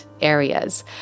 areas